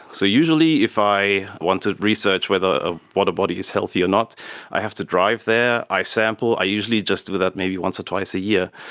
so usually if i want to research whether a water body is healthy or not i have to drive there, i sample, i usually just do that maybe once or twice a year.